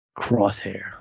crosshair